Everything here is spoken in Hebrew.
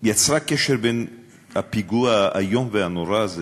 יצרה קשר בין הפיגוע האיום והנורא הזה,